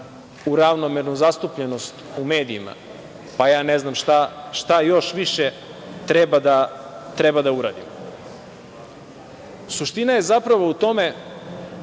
u ravnomernu zastupljenost u medijima, pa ja ne znam šta još više treba da uradimo. Suština je, zapravo, u tome